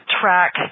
track